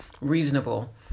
reasonable